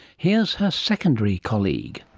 here's her secondary colleague.